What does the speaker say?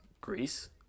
greece